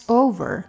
over